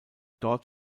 dort